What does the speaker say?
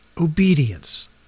obedience